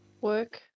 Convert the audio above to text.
work